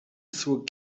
through